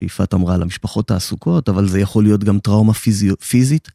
יפעת אמרה על המשפחות העסוקות, אבל זה יכול להיות גם טראומה פיזית.